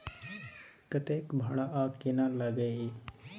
कतेक भाड़ा आ केना लागय ये?